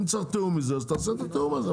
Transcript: אם צריך תיאום לזה אז תעשו את התיאום הזה.